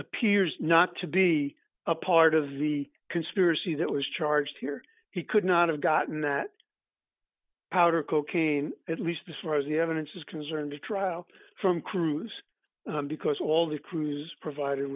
appears not to be a part of the conspiracy that was charged here he could not have gotten that powder cocaine at least as far as the evidence is concerned the trial from cruz because all the cruise provided